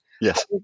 yes